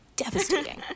devastating